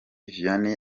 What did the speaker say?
vianney